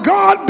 God